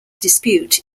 dispute